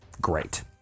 Great